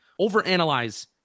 overanalyze